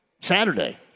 Saturday